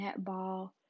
netball